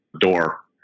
door